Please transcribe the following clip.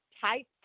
type